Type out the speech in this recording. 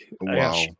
wow